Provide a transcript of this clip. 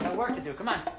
work to do, come on.